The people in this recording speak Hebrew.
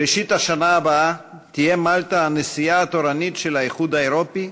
בראשית השנה הבאה תהיה מלטה הנשיאה התורנית של האיחוד האירופי,